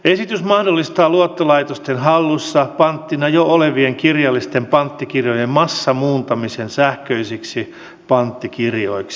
esitys mahdollistaa luottolaitosten hallussa panttina jo olevien kirjallisten panttikirjojen massamuuntamisen sähköisiksi panttikirjoiksi